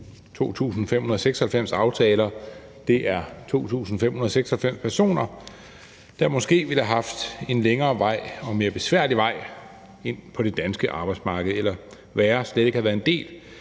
2.596 aftaler. Det er 2.596 personer, der måske ville have haft en længere og mere besværlig vej ind på det danske arbejdsmarked, eller værre, slet ikke havde været en del